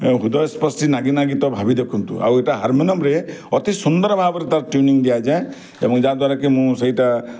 ମୋ ହୃଦୟସ୍ପର୍ଶୀ ନାଗିନା ଗୀତ ଭାବି ଦେଖନ୍ତୁ ଆଉ ଏଇଟା ହାରମୋନିୟମ୍ରେ ଅତି ସୁନ୍ଦର ଭାବରେ ତାର ଟ୍ୟୁନିଙ୍ଗ୍ ଦିଆଯାଏ ଏବଂ ଯା ଦ୍ୱାରା କି ମୁଁ ସେଇଟା